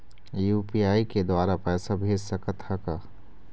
UPI के द्वारा पैसा भेज सकत ह का?